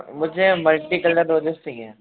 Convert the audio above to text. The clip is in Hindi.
मुझे मल्टीकलर रोज़ेज़ चाहिए